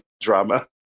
drama